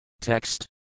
Text